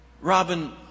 Robin